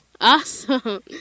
Awesome